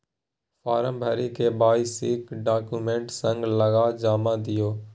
farm भरि KYC document संग लगा जमा दियौ